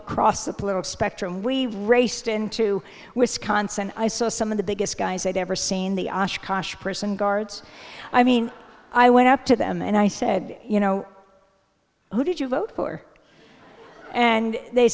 across the political spectrum we raced into wisconsin i saw some of the biggest guys i'd ever seen the osh kosh prison guards i mean i went up to them and i said you know who did you vote for and they